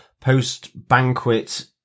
post-banquet